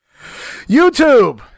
YouTube